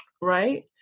right